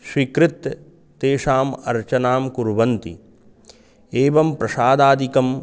स्वीकृत्य तेषाम् अर्चनां कुर्वन्ति एवं प्रसादादिकम्